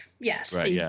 yes